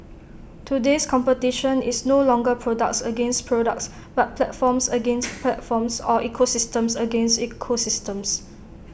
today's competition is no longer products against products but platforms against platforms or ecosystems against ecosystems